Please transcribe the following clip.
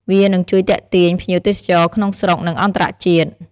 វានឹងជួយទាក់ទាញភ្ញៀវទេសចរក្នុងស្រុកនិងអន្តរជាតិ។